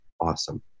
Awesome